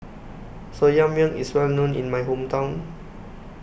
Soya Milk IS Well known in My Hometown